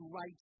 right